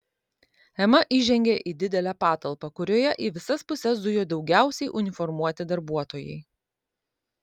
ema įžengė į didelę patalpą kurioje į visas puses zujo daugiausiai uniformuoti darbuotojai